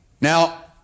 Now